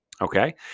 Okay